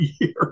year